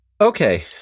Okay